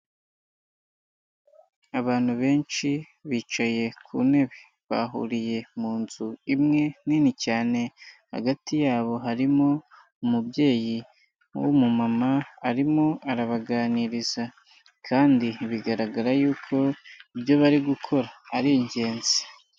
Abantu benshi bicaye ku ntebe. Bahuriye mu nzu imwe nini cyane, hagati yabo harimo umubyeyi w'umumama arimo arabaganiriza, kandi bigaragara yuko ibyo bari gukora ari ingenzi.